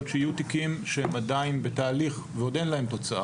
שיהיו תיקים שהם עדיין בתהליך ועוד אין להם תוצאה,